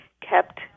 kept